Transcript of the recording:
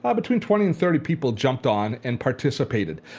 um between twenty and thirty people jumped on and participated.